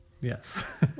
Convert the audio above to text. Yes